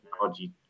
technology